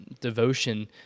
devotion